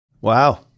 Wow